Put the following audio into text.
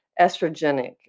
estrogenic